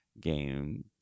game